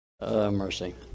Mercy